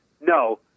no